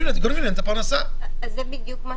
--- לא --- היא לא